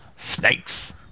snakes